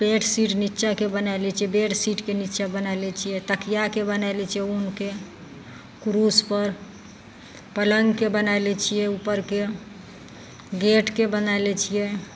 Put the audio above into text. bedsheet निच्चाके बनाय लै छियै बेड शीटके निच्चा बनाय लै छियै तकियाके बनाय लै छियै ऊनके कुरूसपर पलङ्गके बनाय लै छियै ऊपरके गेटके बनाय लै छियै